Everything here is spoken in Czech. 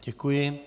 Děkuji.